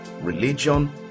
religion